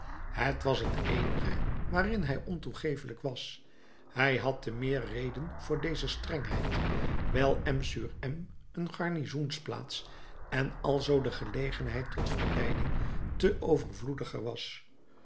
het was het eenige waarin hij ontoegevelijk was hij had te meer reden voor deze strengheid wijl m sur m een garnizoensplaats en alzoo de gelegenheid tot verleiding te overvloediger was